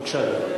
בבקשה.